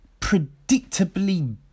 predictably